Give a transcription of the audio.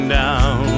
down